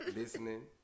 listening